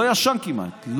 לא ישן כמעט,